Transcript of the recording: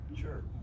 Sure